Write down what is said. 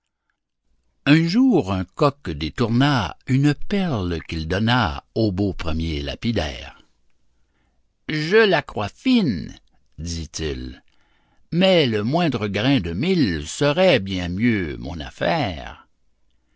un jour un coq détourna une perle qu'il donna au beau premier lapidaire je la crois fine dit-il mais le moindre grain de mil serait bien mieux mon affaire